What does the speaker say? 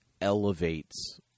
elevates